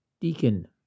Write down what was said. deacon